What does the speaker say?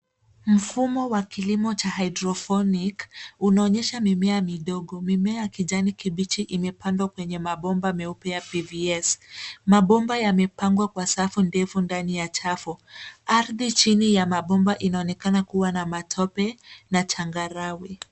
Mfumo wa kilimo cha hydroponic unaonyesha mimea midogo. Mimea ya kijani kibichi imepandwa kwenye mabomba meupe ya PVS . Mabomba yamepangwa kwa safu ndefu ndani ya chafu. Ardhi chini ya mabomba inaonekana kuwa na matope na changarawe.